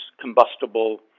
combustible